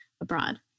abroad